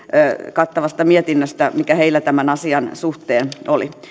kattavasta mietinnöstä mikä heillä tämän asian suhteen oli